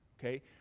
okay